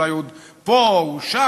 אולי הוא פה או שם.